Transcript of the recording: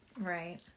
Right